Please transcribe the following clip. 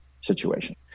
situation